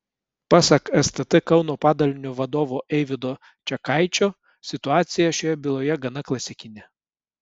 pasak stt kauno padalinio vadovo eivydo čekaičio situacija šioje byloje gana klasikinė